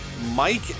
Mike